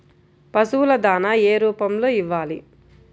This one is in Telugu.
పశువుల దాణా ఏ రూపంలో ఇవ్వాలి?